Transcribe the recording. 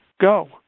go